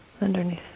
Underneath